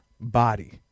body